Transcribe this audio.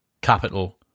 capital